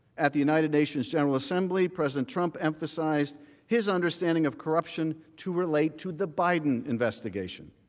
at the united nations general sibley, president trump emphasized his understanding of corruption to relate to the biden investigation.